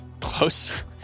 Close